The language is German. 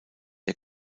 der